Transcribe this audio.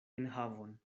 enhavon